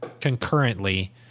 concurrently